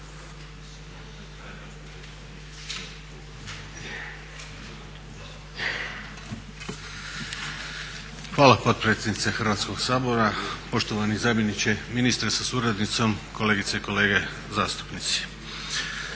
Hvala potpredsjednice Hrvatskog sabora, poštovani zamjeniče ministra sa suradnicom, kolegice i kolege zastupnici.